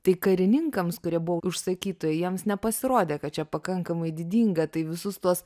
tai karininkams kurie buvo užsakytojai jiems nepasirodė kad čia pakankamai didinga tai visus tuos